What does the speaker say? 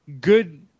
good